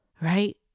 right